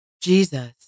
Jesus